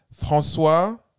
François